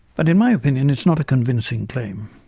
but in my opinion it is not a convincing claim.